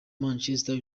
manchester